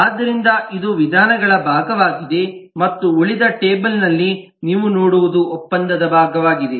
ಆದ್ದರಿಂದ ಇದು ವಿಧಾನಗಳ ಭಾಗವಾಗಿದೆ ಮತ್ತು ಉಳಿದ ಟೇಬಲ್ ನಲ್ಲಿ ನೀವು ನೋಡುವುದು ಒಪ್ಪಂದದ ಭಾಗವಾಗಿದೆ